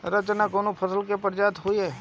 रचना कवने फसल के प्रजाति हयुए?